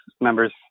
members